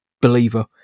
believer